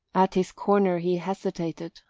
at his corner he hesitated,